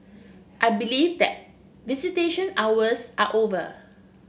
I believe that visitation hours are over